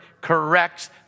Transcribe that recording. corrects